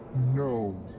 no!